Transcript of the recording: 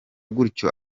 gutyo